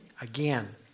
Again